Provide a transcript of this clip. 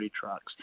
trucks